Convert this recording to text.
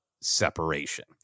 separation